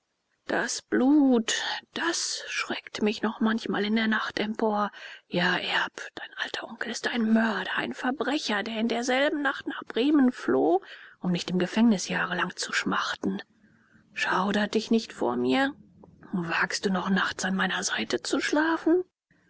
das blut das schreckt mich noch manchmal in der nacht empor ja erb dein alter onkel ist ein mörder ein verbrecher der in derselben nacht nach bremen floh um nicht im gefängnis jahrelang zu schmachten schaudert dir nicht vor mir wagst du noch nachts an meiner seite zu schlafen